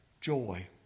joy